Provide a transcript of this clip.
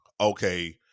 okay